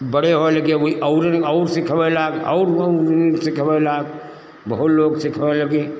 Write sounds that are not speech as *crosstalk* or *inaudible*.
बड़े होए लगे वई अऊरेन अऊर सिखवे लाग अऊर *unintelligible* सिखवे लाग बहुत लोग सिखवे लगें